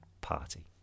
party